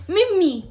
Mimi